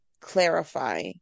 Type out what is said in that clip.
clarify